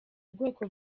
ubwoko